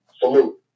salute